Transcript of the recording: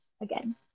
again